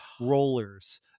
Rollers